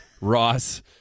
Ross